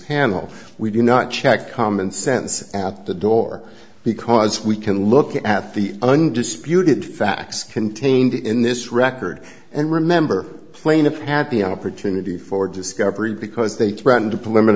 panel we do not check common sense at the door because we can look at the undisputed facts contained in this record and remember plaintiff pat the opportunity for discovery because they threatened to